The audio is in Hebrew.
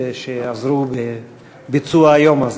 שעזרו בביצוע היום הזה.